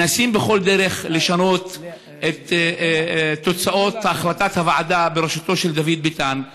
מנסים בכל דרך לשנות את תוצאות החלטת הוועדה בראשותו של דוד ביטן.